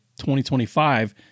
2025